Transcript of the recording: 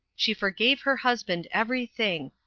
she forgave her husband everything,